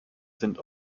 sind